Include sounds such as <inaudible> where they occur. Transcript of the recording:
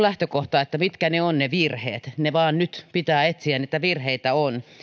<unintelligible> lähtökohta on että mitkä ovat ne virheet ne nyt vaan pitää etsiä niitä virheitä on